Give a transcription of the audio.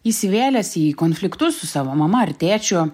įsivėlęs į konfliktus su savo mama ar tėčiu